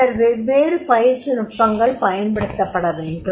பின்னர் வெவ்வேறு பயிற்சி நுட்பங்கள் பயன்படுத்தப்பட வேண்டும்